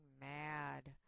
mad